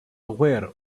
aware